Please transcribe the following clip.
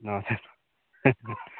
हजुर